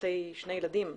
שני ילדים,